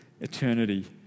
eternity